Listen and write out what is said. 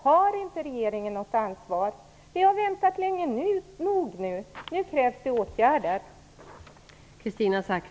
Har inte regeringen något ansvar? Vi har väntat länge nog - nu krävs det åtgärder!